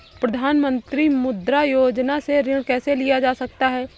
प्रधानमंत्री मुद्रा योजना से ऋण कैसे लिया जा सकता है?